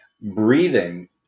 breathing